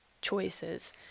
choices